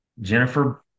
Jennifer